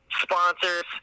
sponsors